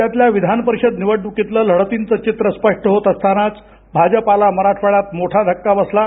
राज्यातल्या विधानपरिषद निवडणुकीतलं लढतींचं चित्र स्पष्ट होत असतानाच भाजपाला मराठवाड्यात मोठा धक्का बसला आहे